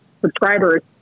subscribers